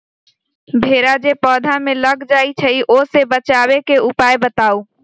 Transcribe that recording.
भेरा जे पौधा में लग जाइछई ओ से बचाबे के उपाय बताऊँ?